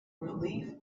relief